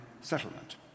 settlement